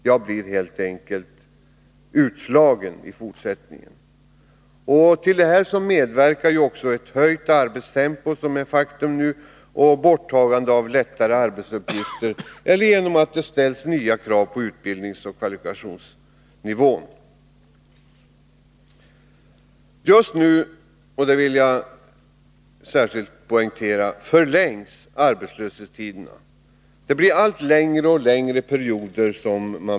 Jag blir helt enkelt utslagen i fortsättningen. Till detta medverkar också en höjning av arbetstempot, som nu är ett faktum, borttagandet av lättare arbetsuppgifter eller nya krav på utbildning och kvalifikationsnivå. Just nu — det vill jag särskilt poängtera — förlängs arbetslöshetstiderna. Man är alltså arbetslös allt längre perioder.